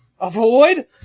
Avoid